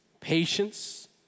patience